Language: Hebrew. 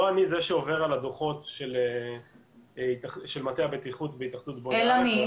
של מטה הבטיחות והתאחדות בוני הארץ.